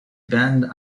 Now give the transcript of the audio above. bend